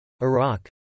Iraq